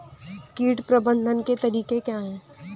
कीट प्रबंधन के तरीके क्या हैं?